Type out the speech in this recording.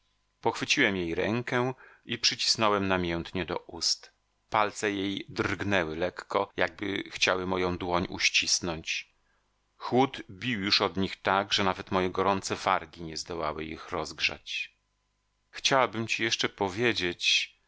zapomnisz pochwyciłem jej rękę i przycisnąłem namiętnie do ust palce jej drgnęły lekko jakby chciały moją dłoń uścisnąć chłód bił już od nich tak że nawet moje gorące wargi nie zdołały ich rozgrzać chciałabym ci jeszcze powiedzieć